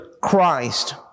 Christ